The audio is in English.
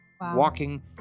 walking